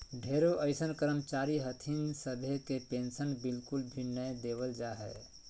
ढेरो अइसन कर्मचारी हथिन सभे के पेन्शन बिल्कुल भी नय देवल जा हय